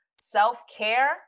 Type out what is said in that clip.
self-care